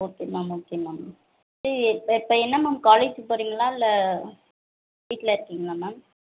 okay ma'am okay ma'am இது இப்போ இப்போ என்ன மேம் காலேஜுக்கு போகிறீங்களா இல்லை வீட்டில் இருக்கீங்களா மேம்